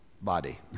body